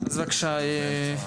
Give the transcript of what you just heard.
בבקשה,